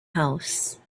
house